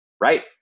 right